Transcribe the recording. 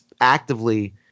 actively